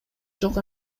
жок